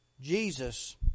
Jesus